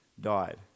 died